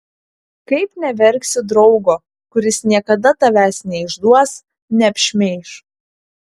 kaip neverksi draugo kuris niekada tavęs neišduos neapšmeiš